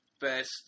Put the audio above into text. best